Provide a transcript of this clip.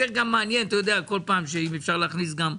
אתה יודע, זה מעניין, כי אם אפשר להכניס גם שבת,